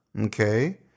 Okay